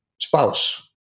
spouse